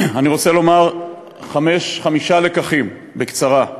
אני רוצה לומר חמישה לקחים בקצרה.